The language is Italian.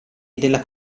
della